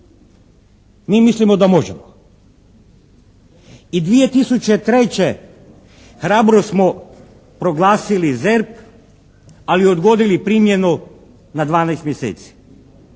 Mi mislimo da možemo i 2003. hrabro smo proglasili ZERP, ali odgodili primjenu na 12 mjeseci